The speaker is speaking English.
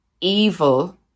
evil